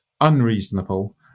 unreasonable